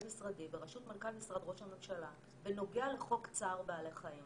משרדי בראשות מנכ"ל משרד ראש הממשלה בנוגע לחוק צער בעלי חיים.